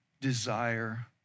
desire